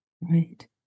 right